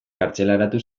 kartzelaratu